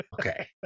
Okay